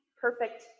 perfect